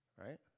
right